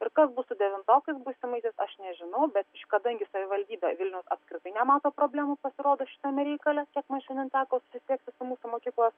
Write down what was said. ir kas bus su devintokais būsimaisiais aš nežinau bet kadangi savivaldybė vilniaus apskritai nemato problemų pasirodo šitame reikale kiek man šiandien teko susisiekti su mūsų mokyklos